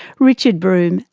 richard broome,